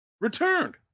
returned